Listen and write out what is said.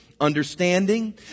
understanding